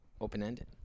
open-ended